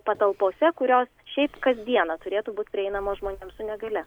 patalpose kurios šiaip kasdieną turėtų būt prieinamos žmonėms su negalia